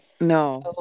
No